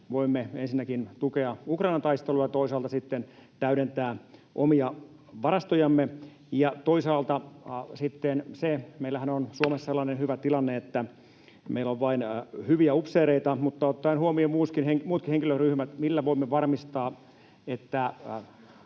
voimme ensinnäkin tukea Ukrainan taistelua ja toisaalta sitten täydentää omia varastojamme? Toisaalta meillähän on Suomessa sellainen hyvä tilanne, että meillä on vain hyviä upseereita, mutta ottaen huomioon muutkin henkilöryhmät millä voimme varmistaa,